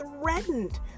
threatened